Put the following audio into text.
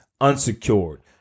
unsecured